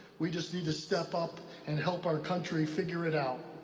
we just need to step up and help our country figure it out.